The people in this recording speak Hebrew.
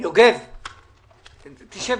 לגבי נכי צה"ל,